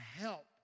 help